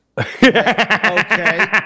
Okay